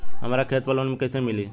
हमरा खेत पर लोन कैसे मिली?